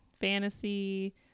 fantasy